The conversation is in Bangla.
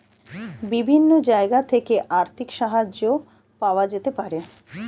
বিভিন্ন জায়গা থেকে আর্থিক সাহায্য পাওয়া যেতে পারে